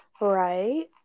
right